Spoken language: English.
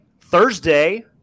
Thursday